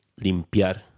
limpiar